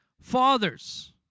fathers